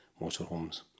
motorhomes